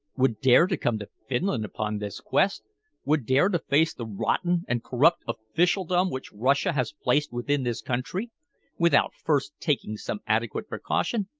would dare to come to finland upon this quest would dare to face the rotten and corrupt officialdom which russia has placed within this country without first taking some adequate precaution?